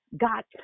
got